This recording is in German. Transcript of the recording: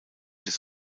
des